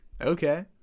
okay